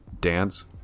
dance